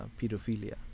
pedophilia